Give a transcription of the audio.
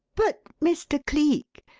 but mr. cleek!